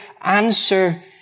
answer